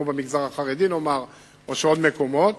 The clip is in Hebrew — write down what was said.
כמו במגזר החרדי ובעוד מקומות,